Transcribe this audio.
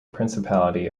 principality